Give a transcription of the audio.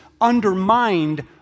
undermined